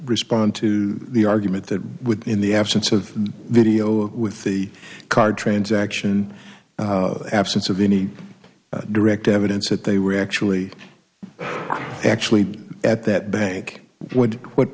respond to the argument that would in the absence of video with the card transaction absence of any direct evidence that they were actually actually at that bank w